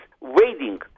waiting